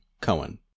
Cohen